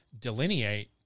delineate